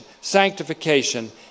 sanctification